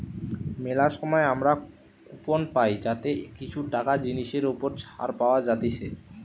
মেলা সময় আমরা কুপন পাই যাতে কিছু টাকা জিনিসের ওপর ছাড় পাওয়া যাতিছে